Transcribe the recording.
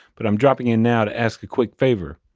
but i'm dropping in now to ask a quick favor.